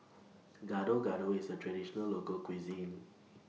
Gado Gado IS A Traditional Local Cuisine